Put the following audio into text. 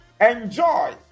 enjoy